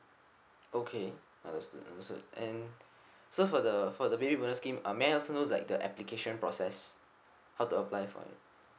okay that's good that's good and so for the for the baby bonus scheme uh may I also know like the application process how to apply for it